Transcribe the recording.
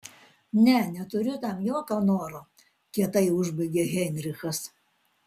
ne neturiu tam jokio noro kietai užbaigė heinrichas